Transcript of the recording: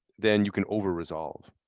then you can overresolve.